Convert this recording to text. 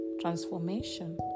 transformation